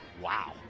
Wow